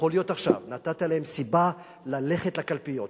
ויכול להיות שעכשיו נתתם להם סיבה ללכת לקלפיות,